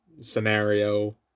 scenario